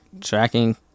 Tracking